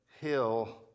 hill